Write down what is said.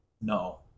No